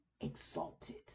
exalted